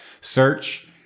search